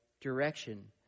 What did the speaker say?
direction